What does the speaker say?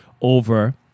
over